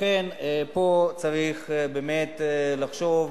לכן, פה צריך באמת לחשוב,